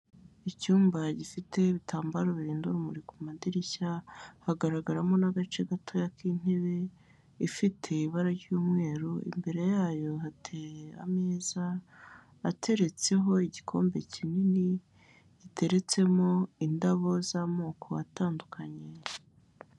Icyumba gifite ibitambaro birinda urumuri ku madirishya hagaragaramo n'agace gatoya k'intebe, ifite ibara ry'umweru imbere yayo hateye ameza ateretseho igikombe kinini giteretsemo indabo z'amoko atandukanye.